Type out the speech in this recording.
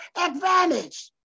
advantage